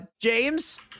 James